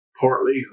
partly